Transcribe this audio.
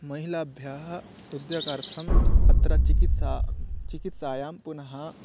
महिलाभ्यः उद्योगार्थम् अत्र चिकित्सा चिकित्सायां पुनः